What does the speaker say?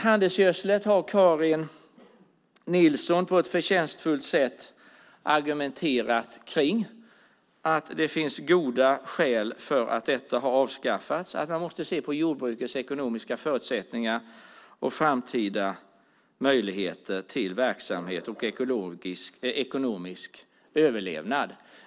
Handelsgödseln har Karin Nilsson på ett förtjänstfullt sätt argumenterat kring: att det finns goda skäl för att detta har avskaffats och att man måste se på jordbrukets ekonomiska förutsättningar och framtida möjligheter till verksamhet och ekonomisk överlevnad.